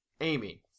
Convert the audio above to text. Amy